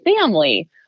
family